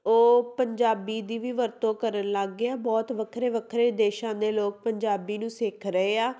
ਉਹ ਪੰਜਾਬੀ ਦੀ ਵੀ ਵਰਤੋਂ ਕਰਨ ਲੱਗ ਗਏ ਆ ਬਹੁਤ ਵੱਖਰੇ ਵੱਖਰੇ ਦੇਸ਼ਾਂ ਦੇ ਲੋਕ ਪੰਜਾਬੀ ਨੂੰ ਸਿੱਖ ਰਹੇ ਆ